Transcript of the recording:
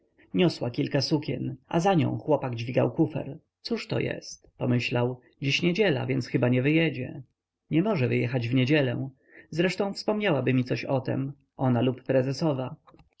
niosła kilka sukien a za nią chłopak dźwigał kufer cóżto jest pomyślał dziś niedziela więc chyba nie wyjedzie nie może wyjechać w niedzielę zresztą wspomniałaby mi coś o tem ona lub prezesowa